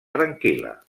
tranquil·la